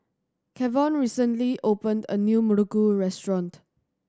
Kavon recently opened a new muruku restaurant